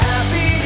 Happy